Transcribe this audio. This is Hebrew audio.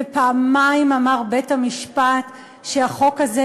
ופעמיים אמר בית-המשפט שהחוק הזה,